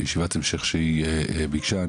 ישיבת המשך שהיא ביקשה.